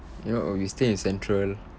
you know w~ we stay in central